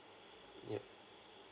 yup